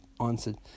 answered